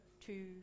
two